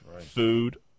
food